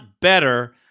better